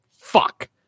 Fuck